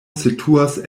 situas